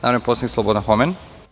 Narodni poslanik Slobodan Homen.